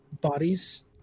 bodies